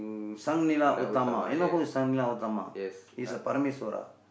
Sang-Nila-Utama you know who's Sang-Nila-Utama he's a Parameswara